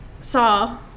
saw